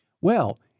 Well